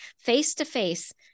face-to-face